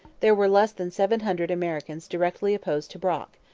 there were less than seven hundred americans directly opposed to brock,